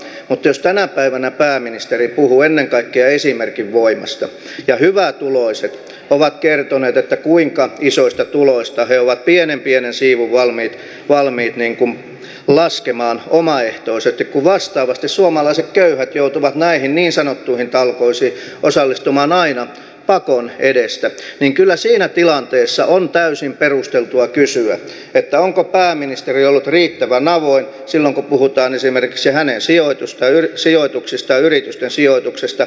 mutta jos tänä päivänä pääministeri puhuu ennen kaikkea esimerkin voimasta ja hyvätuloiset ovat kertoneet kuinka isoista tuloista he ovat pienenpienen siivun valmiit laskemaan omaehtoisesti kun vastaavasti suomalaiset köyhät joutuvat näihin niin sanottuihin talkoisiin osallistumaan aina pakon edessä niin kyllä siinä tilanteessa on täysin perusteltua kysyä onko pääministeri ollut riittävän avoin silloin kun puhutaan esimerkiksi hänen sijoituksistaan ja yritysten sijoituksista